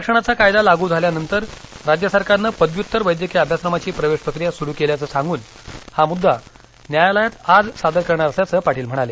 आरक्षणाचा कायदा लागू झाल्यानंतर राज्य सरकारनं पदव्युत्तर वैद्यकीय अभ्यासक्रमाची प्रवेश प्रक्रिया सुरू केल्याचं सांगुन हा मुद्दा न्यायालयात आज सादर करणार असल्याचं पाटील म्हणाले